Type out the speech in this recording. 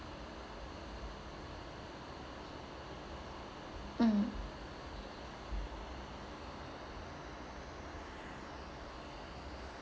um